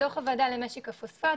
דו"ח הוועדה למשק הפוספט,